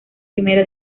primera